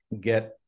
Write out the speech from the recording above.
get